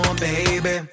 baby